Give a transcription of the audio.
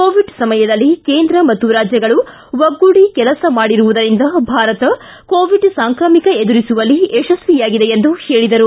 Covid ಸಮಯದಲ್ಲಿ ಕೇಂದ್ರ ಮತ್ತು ರಾಜ್ಯಗಳು ಒಗ್ಗೂಡಿ ಕೆಲಸ ಮಾಡಿರುವುದರಿಂದ ಭಾರತ ಕೋವಿಡ್ ಸಾಂಕ್ರಾಮಿಕ ಎದುರಿಸುವಲ್ಲಿ ಯಶಸ್ವಿಯಾಗಿದೆ ಎಂದರು